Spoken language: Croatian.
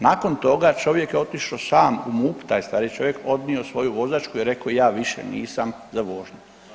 Nakon toga čovjek je otišao sam u MUP, taj stariji čovjek, odnio svoju vozačku i rekao ja više nisam za vožnju.